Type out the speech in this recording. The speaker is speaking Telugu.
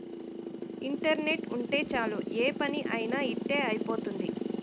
ఇంటర్నెట్ ఉంటే చాలు ఏ పని అయినా ఇట్టి అయిపోతుంది